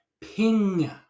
ping